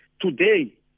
Today